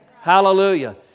Hallelujah